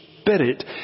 Spirit